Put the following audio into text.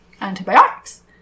antibiotics